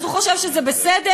אז הוא חושב שזה בסדר,